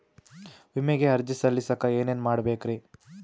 ವಿಮೆಗೆ ಅರ್ಜಿ ಸಲ್ಲಿಸಕ ಏನೇನ್ ಮಾಡ್ಬೇಕ್ರಿ?